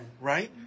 Right